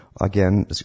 Again